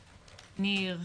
ניר.